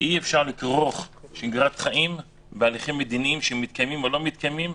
אי אפשר לכרוך שגרת חיים בהליכים מדיניים שמתקיימים או לא מתקיימים.